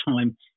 time